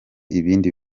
ibindi